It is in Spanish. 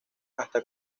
hasta